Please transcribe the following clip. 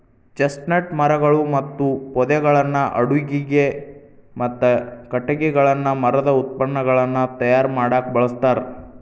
chestnut ಮರಗಳು ಮತ್ತು ಪೊದೆಗಳನ್ನ ಅಡುಗಿಗೆ, ಮತ್ತ ಕಟಗಿಗಳನ್ನ ಮರದ ಉತ್ಪನ್ನಗಳನ್ನ ತಯಾರ್ ಮಾಡಾಕ ಬಳಸ್ತಾರ